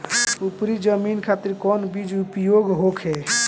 उपरी जमीन खातिर कौन बीज उपयोग होखे?